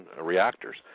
reactors